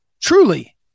truly